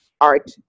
art